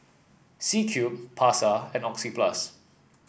C Cube Pasar and Oxyplus